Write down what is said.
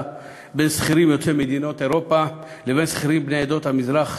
בין שכירים יוצאי מדינות אירופה לבין שכירים בני עדות המזרח